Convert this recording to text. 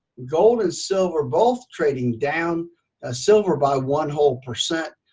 gold and silver, both trading down ah silver by one whole percent,